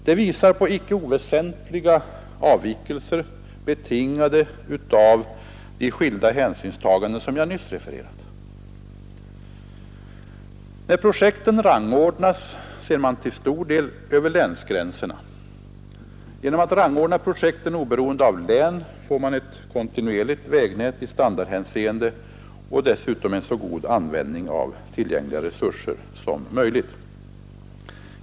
Det visar på icke oväsentliga avvikelser betingade av de skilda hänsynstaganden som jag nyss anförde. När projekten rangordnas ser man till stor del ut över länsgränserna. Genom att rangordna projekten oberoende av län får man ett kontinuerligt vägnät i standardhänseende och dessutom en så god användning av tillgängliga resurser som möjligt.